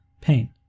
pain